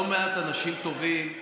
לא מעט אנשים טובים,